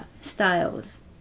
styles